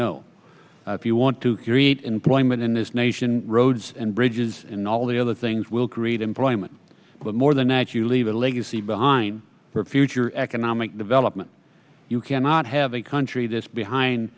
know if you want to create employment in this nation roads and bridges and all the other things will create employment but more than once you leave a legacy behind her future economic development you cannot have a country this behind